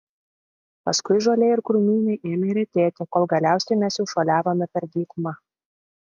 paskui žolė ir krūmynai ėmė retėti kol galiausiai mes jau šuoliavome per dykumą